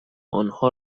انها